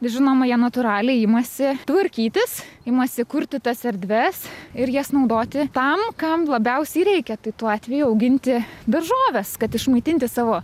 žinoma jie natūraliai imasi tvarkytis imasi kurti tas erdves ir jas naudoti tam kam labiausiai reikia tai tuo atveju auginti daržoves kad išmaitinti savo